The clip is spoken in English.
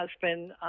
husband